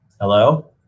Hello